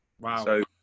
Wow